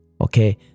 okay